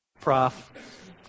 prof